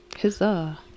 huzzah